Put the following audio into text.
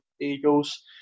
Eagles